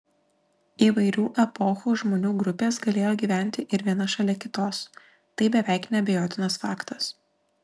įvairių epochų žmonių grupės galėjo gyventi ir viena šalia kitos tai beveik neabejotinas faktas